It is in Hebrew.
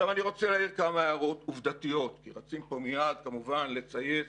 אני רוצה להעיר כמה הערות עובדתיות כי רצים פה מייד כמובן לצייץ.